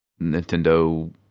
Nintendo